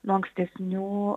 nuo ankstesnių